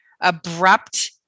abrupt